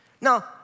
Now